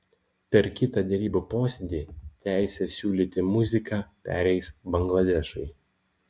per kitą derybų posėdį teisė siūlyti muziką pereis bangladešui